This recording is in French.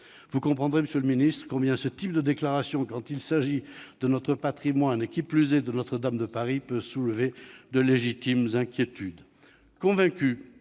Vous comprendrez, monsieur le ministre, combien ce type de déclarations, quand il s'agit de notre patrimoine, qui plus est de Notre-Dame de Paris, peut soulever de légitimes inquiétudes.